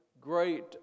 great